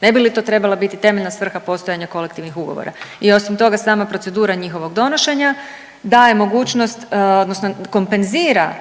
ne bi li to trebala biti temeljna svrha postojanja kolektivnih ugovora i osim toga sama procedura njihovog donošenja daje mogućnost odnosno kompenzira